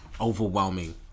overwhelming